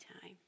time